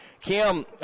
Kim